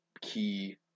key